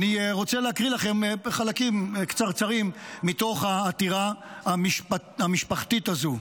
אני רוצה להקריא לכם חלקים קצרצרים מתוך העתירה המשפחתית הזו.